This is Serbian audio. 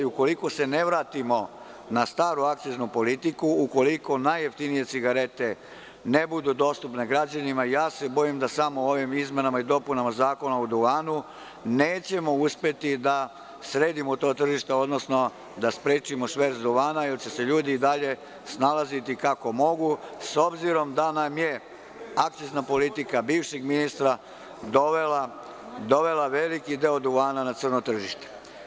Ukoliko se ne vratimo na staru akciznu politiku, ukoliko najjeftinije cigarete ne budu dostupne građanima, bojim se da samo ovim izmenama i dopunama Zakona o duvanu nećemo uspeti da sredimo to tržište, odnosno da sprečimo šverc duvana, jer će se ljudi i dalje snalaziti kako mogu s obzirom da nam je akcizna politika bivšeg ministra dovela veliki deo duvana na crno tržište.